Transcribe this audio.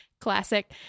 classic